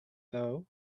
though